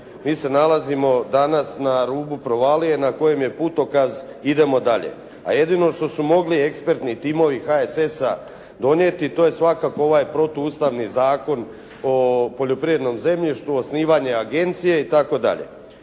Mi se nalazimo danas na rubu provalije na kojem je putokaz "Idemo dalje", a jedino što su mogli ekspertni timovi HSS-a donijeti to je svakako ovaj protuustavni Zakon o poljoprivrednom zemljištu, osnivanje agencije itd..